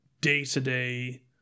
day-to-day